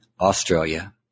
Australia